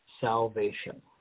salvation